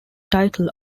title